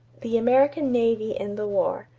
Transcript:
the american navy in the war.